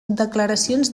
declaracions